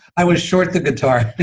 i was short the guitar